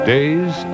Days